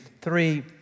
three